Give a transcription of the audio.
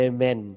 Amen